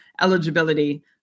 eligibility